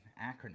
acronym